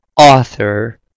author